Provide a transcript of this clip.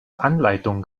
anleitung